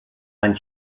ein